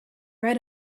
read